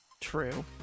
True